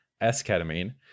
S-ketamine